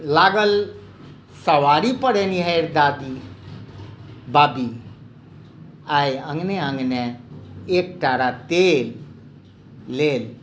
लागल सवारी पर एनिहार दादी बाबी आइ अँगने अँगने एक टारा तेल लेल